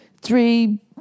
Three